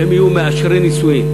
שהם יהיו מאשרי נישואים.